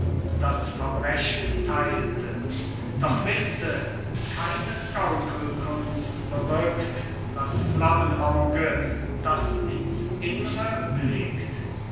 das verbrechen teilte doch wisse keine gaukelkunst berückt das flammenauge das ins innre blickt